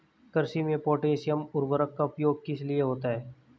कृषि में पोटैशियम उर्वरक का प्रयोग किस लिए होता है?